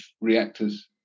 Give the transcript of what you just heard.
reactors